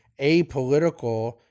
apolitical